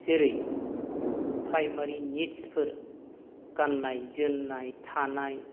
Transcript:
जेरै primary needs for गाननाय जोमनाय थानाय